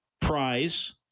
prize